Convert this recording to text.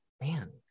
man